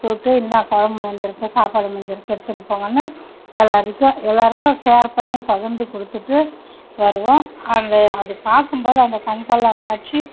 கூப்பிட்டு இந்த குழம்பு மீந்திருக்கு சாப்பாடு மீந்திருக்கு எடுத்துன்னு போங்கன்னு எல்லாருக்கும் எல்லாருக்கும் ஷேர் பண்ணி பகுந்து கொடுத்துட்டு வருவோம் அந்த அது பார்க்கும்போது அந்த கண்கொள்ளாக் காட்சி